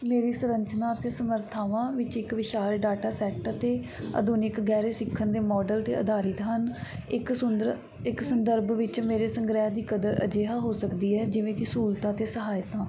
ਮੇਰੀ ਸਰੰਚਨਾ ਅਤੇ ਸਮਰਥਾਵਾਂ ਵਿੱਚ ਇੱਕ ਵਿਸ਼ਾਲ ਡਾਟਾ ਸੈੱਟ ਅਤੇ ਆਧੁਨਿਕ ਗਹਿਰੇ ਸਿੱਖਣ ਦੇ ਮਾਡਲ 'ਤੇ ਅਧਾਰਿਤ ਹਨ ਇੱਕ ਸੁੰਦਰ ਇੱਕ ਸੰਦਰਭ ਵਿੱਚ ਮੇਰੇ ਸੰਗ੍ਰਹਿ ਦੀ ਕਦਰ ਅਜਿਹਾ ਹੋ ਸਕਦੀ ਹੈ ਜਿਵੇਂ ਕਿ ਸਹੂਲਤਾਂ ਅਤੇ ਸਹਾਇਤਾ